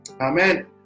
amen